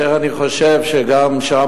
אני חושב שגם שם,